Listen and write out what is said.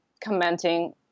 commenting